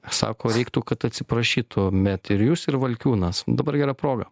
sako reiktų kad atsiprašytumėt ir jūs ir valkiūnas dabar gera proga